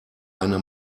eine